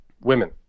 women